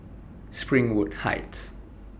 Springwood Heights